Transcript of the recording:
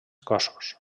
cossos